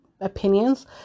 opinions